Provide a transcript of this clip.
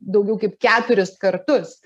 daugiau kaip keturis kartus